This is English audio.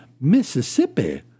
Mississippi